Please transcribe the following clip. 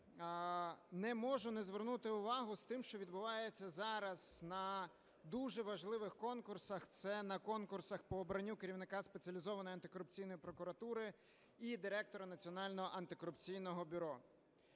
не можу не звернути увагу з тим, що відбувається зараз на дуже важливих конкурсах – це на конкурсах по обранню керівника Спеціалізованої антикорупційної прокуратури і Директора Національного антикорупційного бюро.